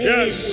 Yes